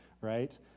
right